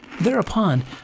Thereupon